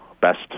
best